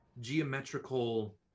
geometrical